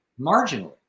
marginally